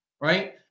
right